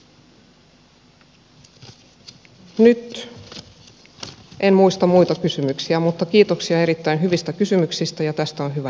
nyt en muista muita kysymyksiä mutta kiitoksia erittäin hyvistä kysymyksistä ja tästä on hyvä jatkaa